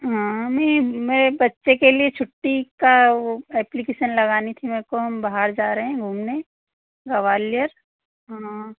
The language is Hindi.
हाँ हमें मेरे बच्चे के लिए छुट्टी का वह एप्लीकेसन लगानी थी मुझको हम बाहर जा रहें है घूमने गवालियर हाँ